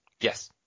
Yes